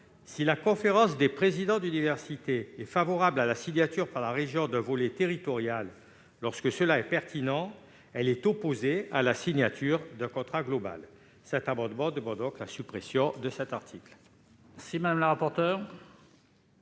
Si la Conférence des présidents d'université est favorable à la signature par la région d'un volet territorial, lorsque cela est pertinent, elle est opposée à la signature d'un contrat global. Nous demandons donc la suppression de cet article. Quel est l'avis de